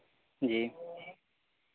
جی